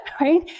right